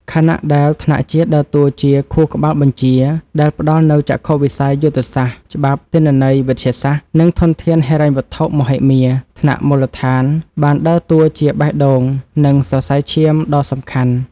ខណៈដែលថ្នាក់ជាតិដើរតួជា ខួរក្បាលបញ្ជា ដែលផ្ដល់នូវចក្ខុវិស័យយុទ្ធសាស្ត្រ ច្បាប់ ទិន្នន័យវិទ្យាសាស្ត្រ និងធនធានហិរញ្ញវត្ថុមហិមា ថ្នាក់មូលដ្ឋានបានដើរតួជា បេះដូង និងសរសៃឈាមដ៏សំខាន់។